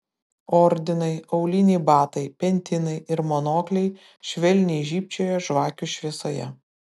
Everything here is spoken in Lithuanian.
ordinai auliniai batai pentinai ir monokliai švelniai žybčiojo žvakių šviesoje